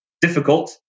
difficult